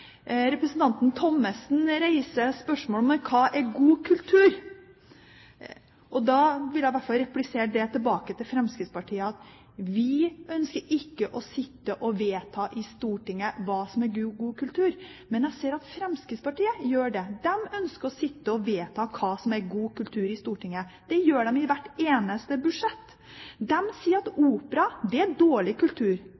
Representanten Thomsen reiser spørsmål om hva som er god kultur. Da vil jeg replisere tilbake til Fremskrittspartiet at vi ønsker ikke å sitte og vedta i Stortinget hva som er god kultur. Men jeg ser at Fremskrittspartiet gjør det. De ønsker å sitte i Stortinget og vedta hva som er god kultur. Det gjør de i hvert eneste budsjett. De sier at